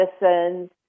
medicines